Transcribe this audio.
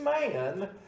man